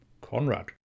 Conrad